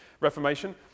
Reformation